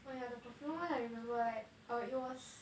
oh yeah the perfume I remember like err it was